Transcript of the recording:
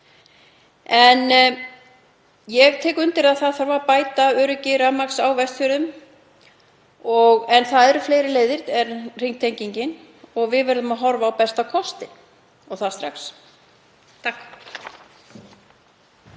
Ég tek undir að það þarf að bæta öryggi rafmagns á Vestfjörðum en það eru fleiri leiðir en hringtengingin og við verðum að horfa á besta kostinn og það strax.